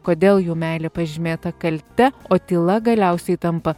kodėl jų meilė pažymėta kalte o tyla galiausiai tampa